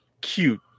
cute